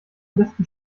besten